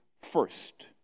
first